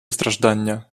страждання